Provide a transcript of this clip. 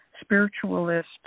spiritualist